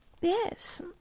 yes